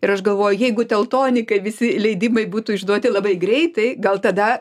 ir aš galvoju jeigu teltonikai visi leidimai būtų išduoti labai greitai gal tada